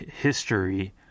history